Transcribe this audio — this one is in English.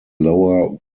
lower